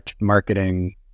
marketing